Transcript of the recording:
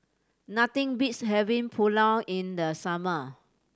nothing beats having Pulao in the summer